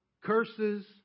curses